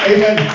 Amen